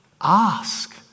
Ask